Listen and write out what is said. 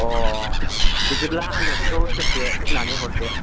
अ बिदिब्ला आंनो बेखौ सेरसे सुनानै हरदो